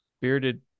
bearded